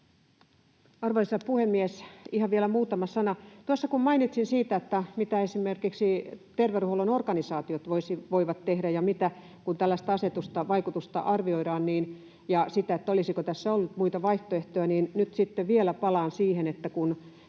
Arvoisa puhemies! Ihan vielä muutama sana. Kun mainitsin siitä, mitä esimerkiksi terveydenhuollon organisaatiot voivat tehdä, ja kun arvioidaan tällaista asetusta ja sen vaikutusta ja sitä, olisiko tässä ollut muita vaihtoehtoja, niin nyt vielä palaan siihen, että